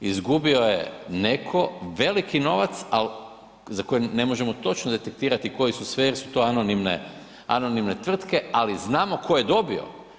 Izgubio je neko veliki novac, ali za koje ne možemo točno detektirati koji su sve jer su to anonimne tvrtke, ali znamo tko je dobio.